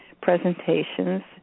presentations